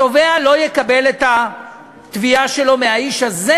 התובע לא יקבל את התביעה שלו מהאיש הזה,